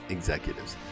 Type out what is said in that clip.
Executives